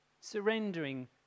Surrendering